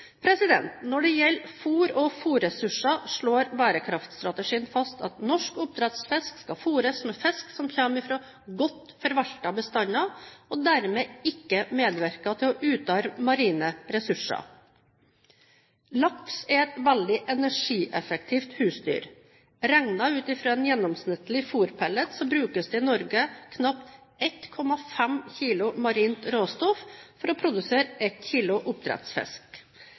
Når det gjelder fôr og fôrressurser, slår bærekraftstrategien fast at norsk oppdrettsfisk skal fôres med fisk som kommer fra godt forvaltede bestander og dermed ikke medvirker til å utarme marine ressurser. Laks er et veldig energieffektivt husdyr. Regnet ut fra en gjennomsnittlig fôrpellet brukes det i Norge knapt 1,5 kilo marint råstoff for å produsere 1 kilo oppdrettsfisk.